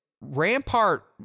rampart